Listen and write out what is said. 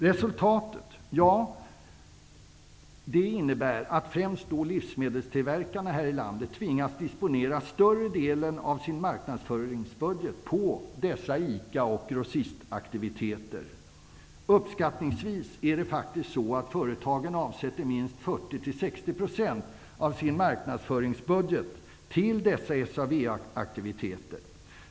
Resultatet av SA VA aktiviteter.